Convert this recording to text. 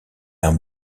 d’un